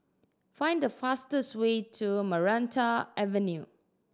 find the fastest way to Maranta Avenue